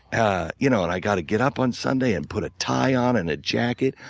ah you know, and i gotta get up on sunday and put a tie on and a jacket.